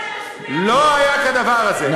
דמי אבטלה, לא היה כדבר הזה.